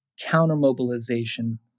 counter-mobilization